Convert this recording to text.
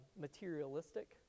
materialistic